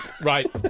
Right